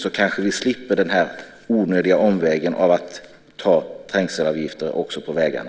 Då kanske vi slipper den onödiga omvägen, att ha trängselavgifter också på vägarna.